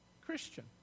Christian